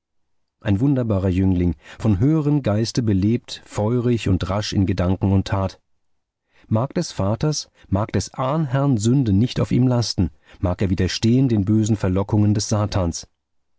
ein wunderbarer jüngling vom höheren geiste belebt feurig und rasch in gedanken und tat mag des vaters mag des ahnherrn sünde nicht auf ihm lasten mag er widerstehen den bösen verlockungen des satans